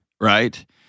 right